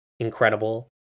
incredible